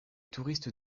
touristes